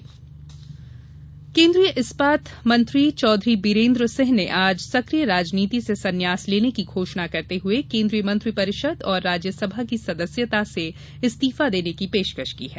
राजनीति संन्यास केन्द्रीय इस्पात मंत्री चौधरी बीरेन्द्र सिंह ने आज सकिय राजनीति से संन्यास लेने की घोषणा करते हुए कोन्द्रीय मंत्री परिषद और राज्य सभा की सदस्यता से इस्तिफा देने की पेशकश की है